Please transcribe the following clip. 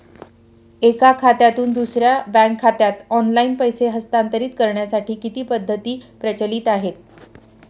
एका खात्यातून दुसऱ्या बँक खात्यात ऑनलाइन पैसे हस्तांतरित करण्यासाठी किती पद्धती प्रचलित आहेत?